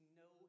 no